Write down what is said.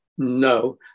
No